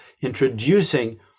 introducing